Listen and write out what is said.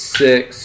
six